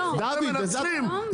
צודק.